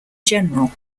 general